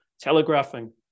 telegraphing